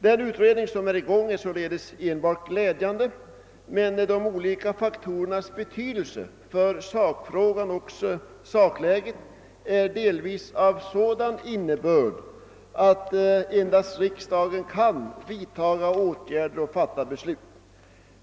Den pågående undersökningen är enbart glädjande, men de olika faktorernas betydelse för sakfrågan och sakläget har delvis sådan innebörd att endast riksdagen kan vidtaga åtgärder och fatta beslut.